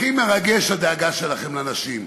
הכי מרגשת הדאגה שלכם לנשים.